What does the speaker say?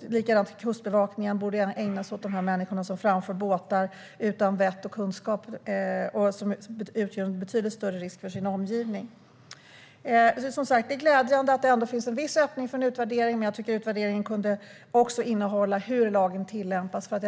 vilket vi hör dagligen. På samma sätt borde Kustbevakningen ägna sig åt de människor som framför båtar utan vett och kunskap och som utgör en betydligt större risk för sin omgivning. Som sagt är det glädjande att det ändå finns en viss öppning för en utvärdering. Men jag tycker att utvärderingen också kunde innefatta tillämpningen av lagen.